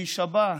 להישבע,